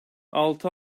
altı